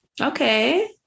Okay